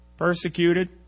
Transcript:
Persecuted